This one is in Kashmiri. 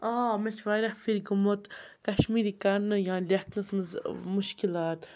آ مےٚ چھِ واریاہ پھِر گوٚمُت کشمیٖری کَرنہٕ یا لیٚکھنَس منٛز مُشکلات